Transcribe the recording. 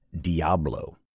Diablo